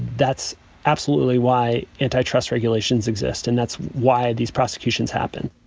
that's absolutely why antitrust regulations exist and that's why these prosecutions happen